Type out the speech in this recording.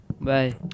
Bye